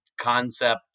concept